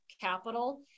Capital